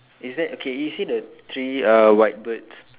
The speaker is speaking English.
is that okay you see the three uh white birds